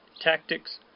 tactics